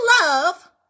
love